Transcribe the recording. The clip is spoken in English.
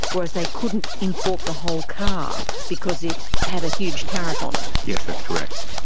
whereas they couldn't import the whole car because it had a huge tariff on it. yes, that's correct.